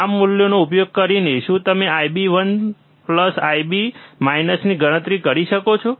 આ મૂલ્યનો ઉપયોગ કરીને શું તમે IB IB ની ગણતરી કરી શકો છો